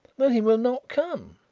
then he will not come.